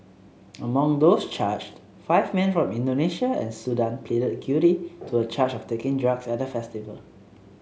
among those charged five men from Indonesia and Sudan pleaded guilty to a charge of taking drugs at the festival